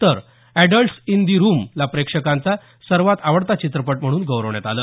तर adults in the रूमला प्रेक्षकांचा सर्वात आवडता चित्रपट म्हणून गौरवण्यात आलं